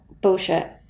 bullshit